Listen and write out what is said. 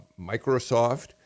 Microsoft